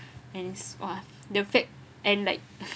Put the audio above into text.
and it's !wah! the fact and like